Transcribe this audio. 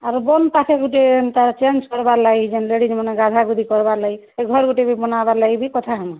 ଆର୍ ବନ ପାଖେ ଗୋଟେ ଏନ୍ତା ଚେଞ୍ଜ କରିବାର୍ ଲାଗି ଯେନ୍ ଲେଡ଼ିଜ୍ମାନେ ଗାଧାଗୁଧି କରିବାର ଲାଗି ଘର୍ ଗୁଟେ ବାନବାର୍ ଲାଗି ବି କଥା ହେମା